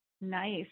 Nice